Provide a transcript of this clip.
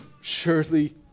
surely